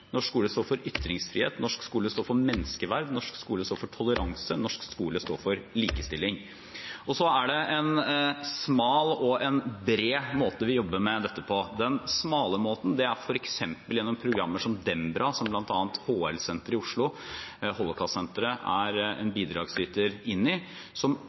norsk skole står for ytringsfrihet, norsk skole står for menneskeverd, norsk skole står for toleranse, norsk skole står for likestilling. Så er det en smal og en bred måte vi jobber med dette på. Den smale måten er f.eks. gjennom programmer som Dembra, som bl.a. HL-senteret i Oslo – Holocaust-senteret – er bidragsyter til, som